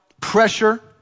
pressure